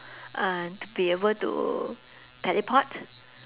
uh to be able to teleport